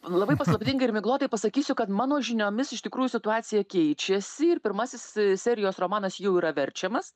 labai paslaptingai ir miglotai pasakysiu kad mano žiniomis iš tikrųjų situacija keičiasi ir pirmasis serijos romanas jau yra verčiamas